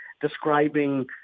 describing